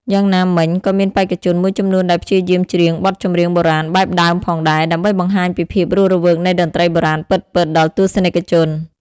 យ៉ាងណាមិញ ក៏មានបេក្ខជនមួយចំនួនដែលព្យាយាមច្រៀងបទចម្រៀងបុរាណបែបដើមផងដែរ ដើម្បីបង្ហាញពីភាពរស់រវើកនៃតន្ត្រីបុរាណពិតៗ ដល់ទស្សនិកជន។